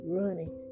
running